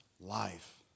life